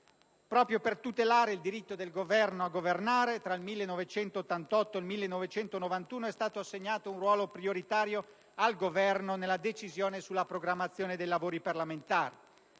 Proprio per tutelare il diritto del Governo a governare tra il 1988 e il 1991 è stato assegnato un ruolo prioritario al Governo nella decisione sulla programmazione dei lavori parlamentari.